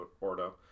Ordo